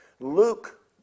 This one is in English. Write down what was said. Luke